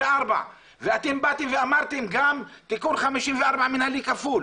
ואתם באתם ואמרתם תיקון 54 מנהלי כפול,